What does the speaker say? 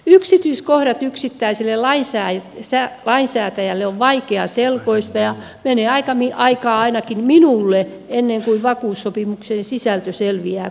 yksityiskohdat yksittäiselle lainsäätäjälle ovat vaikeaselkoisia ja menee aikaa ainakin minulla ennen kuin vakuussopimuksen sisältö selviää kunnolla